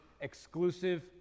exclusive